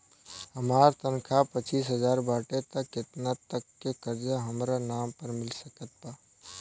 हमार तनख़ाह पच्चिस हज़ार बाटे त केतना तक के कर्जा हमरा नाम पर मिल सकत बा?